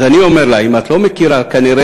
אז אני אומר לה: אם את לא מכירה כנראה